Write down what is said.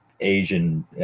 Asian